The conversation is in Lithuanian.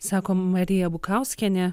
sako marija bukauskienė